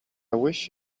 wish